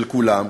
של כולם,